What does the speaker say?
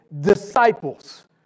disciples